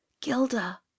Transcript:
gilda